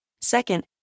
Second